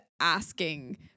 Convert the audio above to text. asking